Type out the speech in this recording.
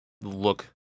look